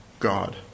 God